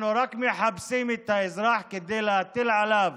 אנחנו רק מחפשים את האזרח כדי להטיל עליו